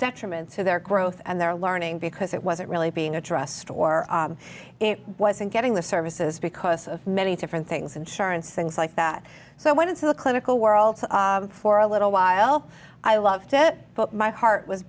detriment to their growth and their learning because it wasn't really being addressed or it wasn't getting the services because of many different things insurance things like that so i went into the clinical world for a little while i loved it but my heart was